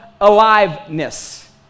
aliveness